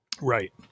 right